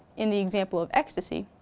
in the example of ecstasy,